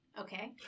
Okay